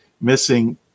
missing